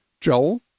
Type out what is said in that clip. Joel